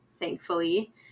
thankfully